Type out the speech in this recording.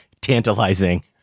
tantalizing